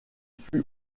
fut